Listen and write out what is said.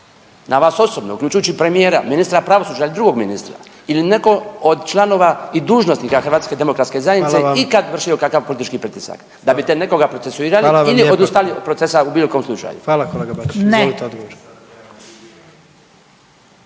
na vas osobno, uključujući premijera, ministra pravosuđa ili drugog ministra, ili netko od članova i dužnosnika HDZ-a ikad vršio kakav politički pritisak. Da bite nekoga procesuirali ili odustali od procesa u bilo kojem slučaju.